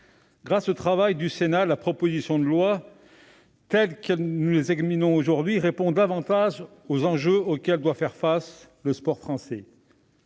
Grâce au travail du Sénat, la proposition de loi dont nous abordons la discussion aujourd'hui répond davantage aux enjeux auxquels doit faire face le sport français.